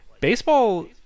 baseball